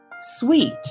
sweet